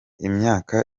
imyaka